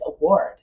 award